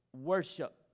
worship